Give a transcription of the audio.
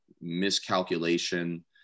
miscalculation